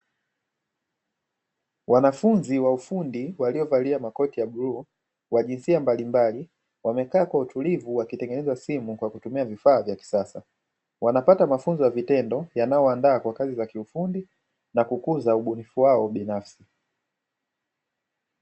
Wanafunzi wa ufundi waliyovalia makoti ya bluu wa jinsia mbalimbali, wamekaa kwa utulivu wakitengeneza simu kwa kutumia vifaa vya kisasa. Wanapata mafunzo ya vitendo yanayowaandaa kwa kazi za kiufundi, na kukuza ubunifu wao binafsi.